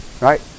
Right